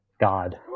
God